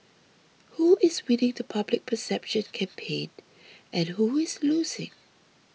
who is winning the public perception campaign and who is losing